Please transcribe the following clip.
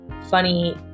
funny